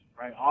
right